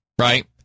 right